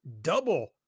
double